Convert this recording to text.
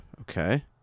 Okay